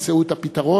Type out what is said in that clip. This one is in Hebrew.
תמצאו את הפתרון,